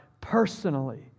personally